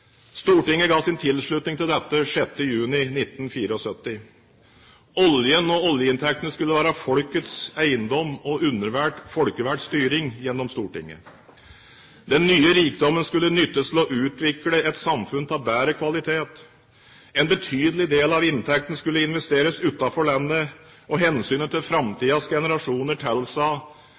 Stortinget ga sin tilslutning til dette den 6. juni 1974. Oljen og oljeinntektene skulle være folkets eiendom og underlagt folkevalgt styring gjennom Stortinget. Den nye rikdommen skulle nyttes til å utvikle et samfunn av bedre kvalitet. En betydelig del av inntektene skulle investeres utenfor landet, og hensynet til framtidige generasjoner tilsa